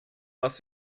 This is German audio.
was